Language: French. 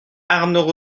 arnaud